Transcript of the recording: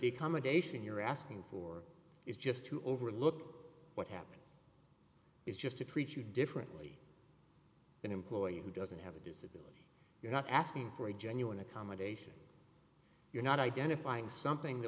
the accommodation you're asking for is just to overlook what happened is just to treat you differently an employee who doesn't have a disease you're not asking for a genuine accommodation you're not identifying something the